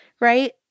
right